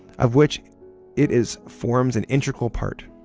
of which it is forms an integral part.